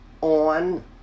on